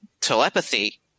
telepathy